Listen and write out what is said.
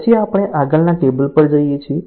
પછી આપણે આગળના ટેબલ પર જઈએ છીએ